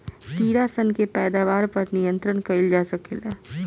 कीड़ा सन के पैदावार पर नियंत्रण कईल जा सकेला